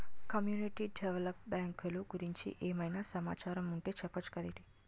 community develop బ్యాంకులు గురించి ఏమైనా సమాచారం ఉంటె చెప్పొచ్చు కదేటి